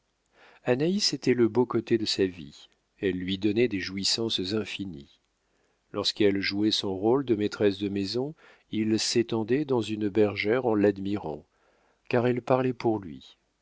anaïs était le beau côté de sa vie elle lui donnait des jouissances infinies lorsqu'elle jouait son rôle de maîtresse de maison il s'étendait dans une bergère en l'admirant car elle parlait pour lui